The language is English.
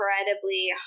incredibly